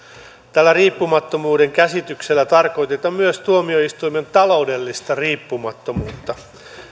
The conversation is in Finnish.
tällä riippumattomuuden käsityksellä tarkoitetaan myös tuomioistuimen taloudellista riippumattomuutta